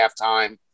halftime